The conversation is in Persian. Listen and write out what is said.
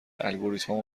الگوریتمها